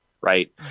right